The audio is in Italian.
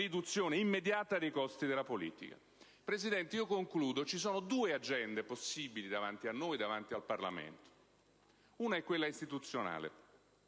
immediata dei costi della politica. Signor Presidente, in conclusione, ci sono due agende possibili davanti a noi, davanti al Parlamento. La prima è quella istituzionale,